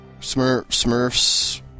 Smurf's